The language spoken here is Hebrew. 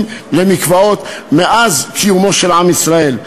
למקוואות מאז קיומו של עם ישראל.